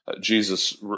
Jesus